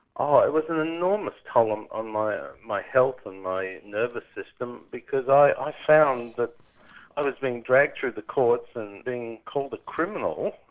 oh, it was an enormous toll um on my ah my health and my nervous system because i found that i was being dragged through the courts and being called a criminal,